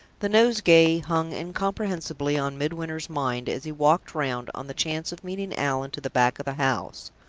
the nosegay hung incomprehensibly on midwinter's mind as he walked round, on the chance of meeting allan, to the back of the house.